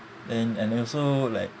and and also like